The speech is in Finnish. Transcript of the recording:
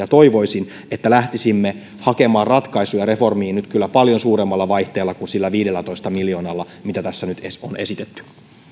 toivoisin että lähtisimme hakemaan ratkaisuja reformiin nyt kyllä paljon suuremmalla vaihteella kuin sillä viidellätoista miljoonalla mitä tässä nyt on esitetty